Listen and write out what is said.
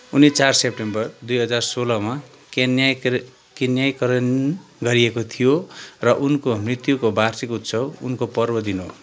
उनी चार सेप्टेम्बर दुई हजार सोह्रमा क्यान्याइ क्याननीकरण गरिएको थियो र उनको मृत्युको वार्षिकोत्सव उनको पर्व दिन हो